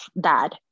dad